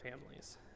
families